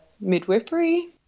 midwifery